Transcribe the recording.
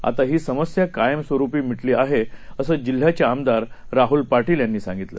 आता ही समस्या कायम स्वरुपी मिटली आहे असं जिल्ह्याचे आमदार राहूल पाटील यांनी सांगितलं